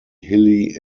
hilly